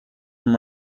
from